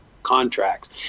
contracts